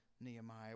Nehemiah